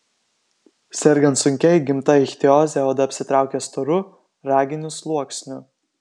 sergant sunkia įgimta ichtioze oda apsitraukia storu raginiu sluoksniu